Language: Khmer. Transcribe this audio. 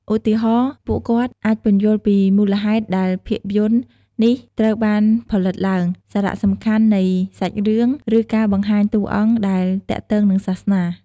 ឧទាហរណ៍ ពួកគាត់អាចពន្យល់ពីមូលហេតុដែលភាពយន្តនេះត្រូវបានផលិតឡើង សារៈសំខាន់នៃសាច់រឿង ឬការបង្ហាញតួអង្គដែលទាក់ទងនឹងសាសនា។